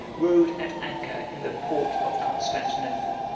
rode at anchor in the port of constantinople.